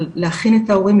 להכין את ההורים,